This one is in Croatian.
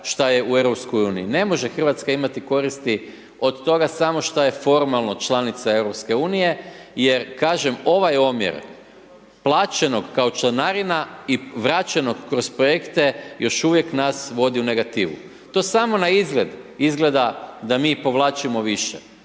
uniji. Ne može Hrvatska imati koristi od toga samo šta je formalno članica Europske unije, jer kažem, ovaj omjer plaćenog kao članarina i vraćenog kroz projekte, još uvijek nas vodi u negativu. To samo naizgled, izgleda da mi povlačimo više,